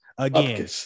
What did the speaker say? Again